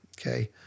okay